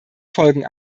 folgen